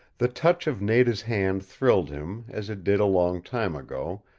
the touch of nada's hand thrilled him, as it did a long time ago,